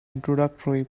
introductory